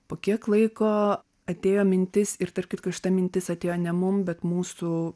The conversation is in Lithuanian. po kiek laiko atėjo mintis ir tarp kitko šita mintis atėjo ne mum bet mūsų